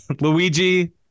Luigi